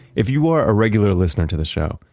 if you are a regular listener to the show,